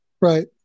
right